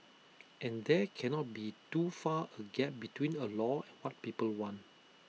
and there cannot be too far A gap between A law and what people want